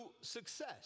success